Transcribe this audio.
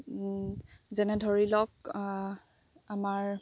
যেনে ধৰি লওক আমাৰ